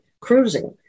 cruising